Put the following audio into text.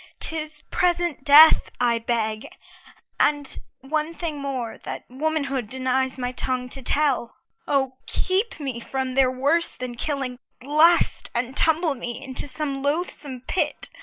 tis present death i beg and one thing more, that womanhood denies my tongue to tell o, keep me from their worse than killing lust, and tumble me into some loathsome pit,